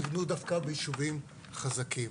נבנו דווקא ביישובים חזקים.